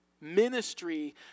Ministry